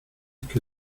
que